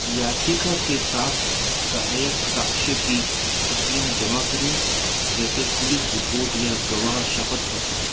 याचिका के साथ सहायक साक्ष्य की प्रतियाँ जमा करें जैसे पुलिस रिपोर्ट या गवाह शपथ पत्र